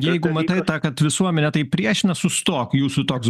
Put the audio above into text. jeigu matai tą kad visuomenė taip priešinas sustok jūsų toks